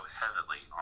heavily